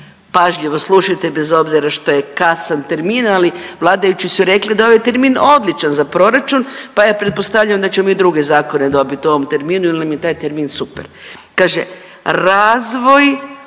pažljivo slušajte bez obzira što je kasan termin, ali vladajući su reli da je ovaj termin odličan za proračun pa ja pretpostavljam da ćemo i druge zakone dobiti u ovom terminu jer nam je taj termin super, kaže, razvoj